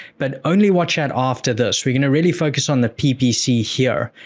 but only watch out after this. we're going to really focus on the ppc here.